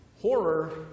Horror